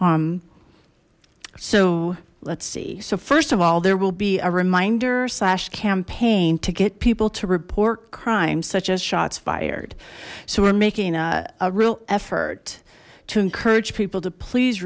so let's see so first of all there will be a reminder slash campaign to get people to report crimes such as shots fired so we're making a real effort to encourage people to please